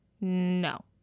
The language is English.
No